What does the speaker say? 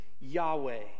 Yahweh